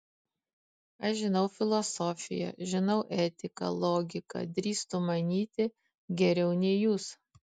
aš žinau filosofiją žinau etiką logiką drįstu manyti geriau nei jūs